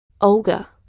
Olga